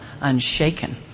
unshaken